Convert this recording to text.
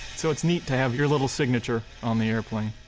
so it's neat to have your little signature on the airplane.